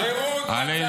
שירות בצבא.